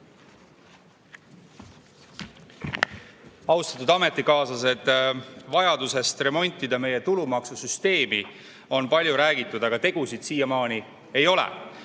Austatud ametikaaslased! Vajadusest remontida meie tulumaksusüsteemi on palju räägitud, aga tegusid siiamaani ei ole.